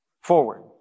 forward